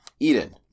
Eden